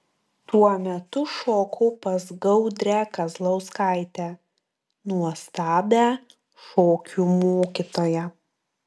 tuo metu šokau pas gaudrę kazlauskaitę nuostabią šokių mokytoją